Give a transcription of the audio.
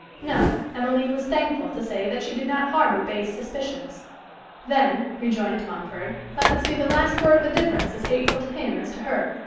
no emmeline was thankful to say that she did not harbour base suspicions then, rejoined mumford, let this be the last word of a difference as hateful to him as to her.